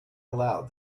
aloud